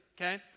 okay